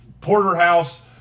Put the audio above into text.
Porterhouse